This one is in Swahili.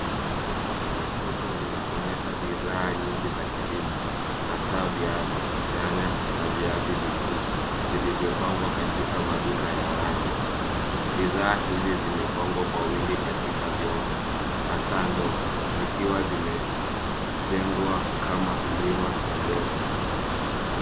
Soko linaonyesha bidhaa nyingi za kilimo hasa viazi, nyanya na viazi vikuu vilivyopangwa katika maduka ya wazi. Bidhaa hizi zimepangwa kwa katika vyombo, hasa ndoo, zikiwa zimejengwa kama mlima midogo.